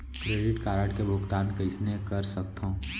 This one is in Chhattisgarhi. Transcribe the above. क्रेडिट कारड के भुगतान कइसने कर सकथो?